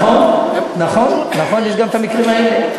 נכון, יש גם המקרים האלה.